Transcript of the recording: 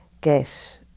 get